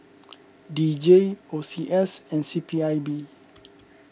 D J O C S and C P I B